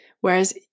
Whereas